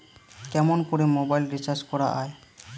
কেমন করে mobile recharge করা য়ায়?